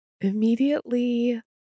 immediately